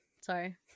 Sorry